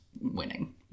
winning